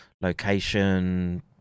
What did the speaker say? location